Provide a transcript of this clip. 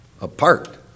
apart